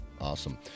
Awesome